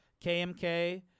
KMK